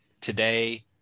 today